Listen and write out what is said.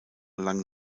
lang